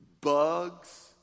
Bugs